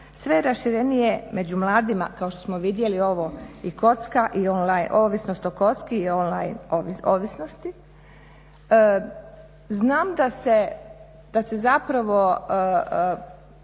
sve je raširenije među mladima kao što smo vidjeli ovo i koca i ovisnost o koci i online ovisnosti. Znam da se zapravo